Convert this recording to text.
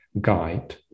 guide